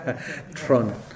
Tron